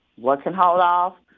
what can hold off?